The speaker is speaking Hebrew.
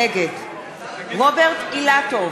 נגד רוברט אילטוב,